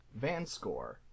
Vanscore